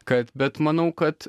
kad bet manau kad